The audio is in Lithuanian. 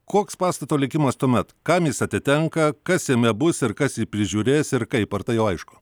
koks pastato likimas tuomet kam jis atitenka kas jame bus ir kas jį prižiūrės ir kaip ar tai jau aišku